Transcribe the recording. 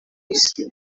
isi